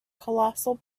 colossal